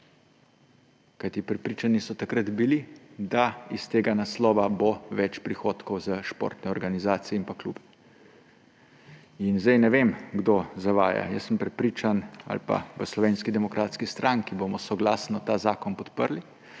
Kajti prepričani so takrat bili, da s tega naslova bo več prihodkov za športne organizacije in pa klube. In zdaj ne vem, kdo zavaja. Jaz sem prepričan ali pa v Slovenski demokratski stranki bomo soglasno ta zakon podprli.